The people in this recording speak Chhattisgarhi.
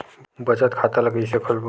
बचत खता ल कइसे खोलबों?